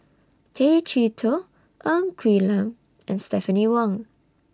Tay Chee Toh Ng Quee Lam and Stephanie Wong